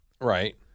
right